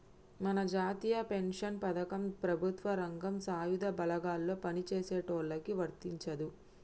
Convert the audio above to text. మన జాతీయ పెన్షన్ పథకం ప్రభుత్వ రంగం సాయుధ బలగాల్లో పని చేసేటోళ్ళకి వర్తించదు